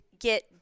get